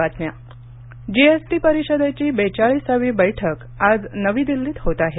GST बैठक GST परिषदेची बेचाळीसावी बैठक आज नवी दिल्लीत होत आहे